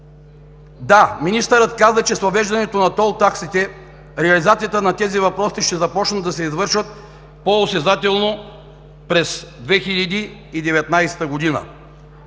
Да, министърът каза, че с въвеждането на ТОЛ-таксите реализацията на тези въпроси ще започне да се извършва по-осезателно през 2019 г.